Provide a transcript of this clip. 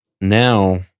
now